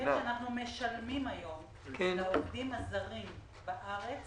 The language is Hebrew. ההיטל שאנחנו משלמים היום על העובדים הזרים בארץ